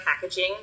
packaging